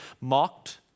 mocked